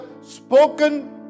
spoken